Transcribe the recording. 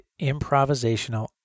improvisational